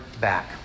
back